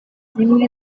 zimwe